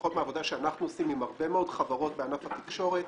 לפחות מהעבודה שאנחנו עושים עם הרבה מאוד חברות בענף התקשורת,